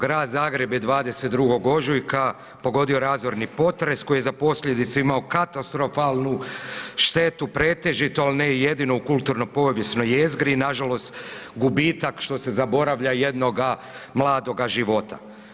Grad Zagreb je 22. ožujka pogodio razorni potres koji je za posljedice imao katastrofalnu štetu pretežito, ali ne i jedino u kulturno povijesnoj jezgri i nažalost gubitak što se zaboravlja jednoga mladoga života.